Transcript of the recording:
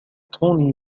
توني